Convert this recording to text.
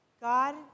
God